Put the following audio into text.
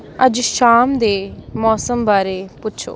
ਅੱਜ ਸ਼ਾਮ ਦੇ ਮੌਸਮ ਬਾਰੇ ਪੁੱਛੋ